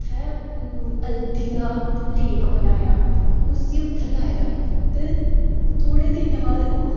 उत्थै हल्दी दा लेप बनाया ते उसी उत्थै लाया ते थोह्ड़े दिनें बाद ओह्